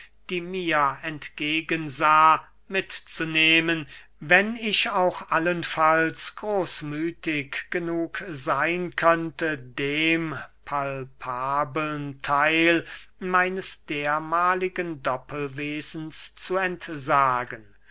die mir entgegen sah mitzunehmen wenn ich auch allenfalls großmüthig genug seyn könnte dem palpabeln theil meines dermahligen doppelwesens zu entsagen